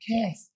Okay